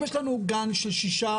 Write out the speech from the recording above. אם יש לנו גן של שישה,